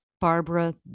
Barbara